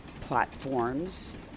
platforms